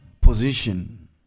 position